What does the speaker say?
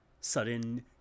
sudden